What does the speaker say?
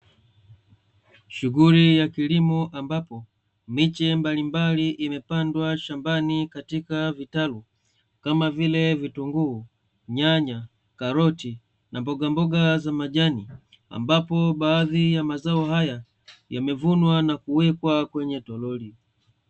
Shughuli ya kilimo ambapo miche mbalimbali imepandwa shambani katika vitalu, kama vile: vitunguu, nyanya, karoti na mbogamboga za majani. Ambapo baadhi ya mazao haya yamevunwa na kuwekwa kwenye toroli.